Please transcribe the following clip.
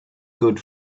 good